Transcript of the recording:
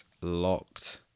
locked